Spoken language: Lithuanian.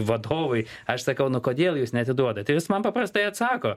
vadovui aš sakau nu kodėl jūs neatiduodat jūs man paprastai atsako